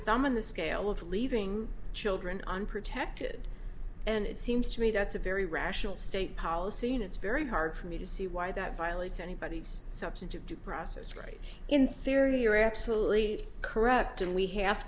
thumb on the scale of leaving children unprotected and it seems to me that's a very rational state policy and it's very hard for me to see why that violates anybody's substantive due process rights in theory you're absolutely correct and we have